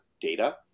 data